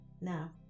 Now